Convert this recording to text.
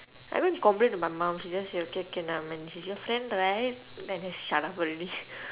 I went to complain to my mum she just say okay okay lah then she just friend right then he shut up already